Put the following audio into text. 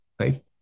right